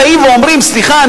הם באים ואומרים: סליחה,